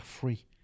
free